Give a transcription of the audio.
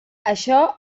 això